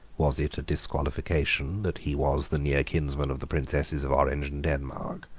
was it a disqualification that he was the near kinsman of the princesses of orange and denmark?